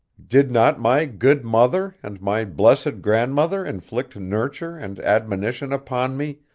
did not my good mother and my blessed, grandmother inflict nurture and admonition upon me,